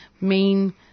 main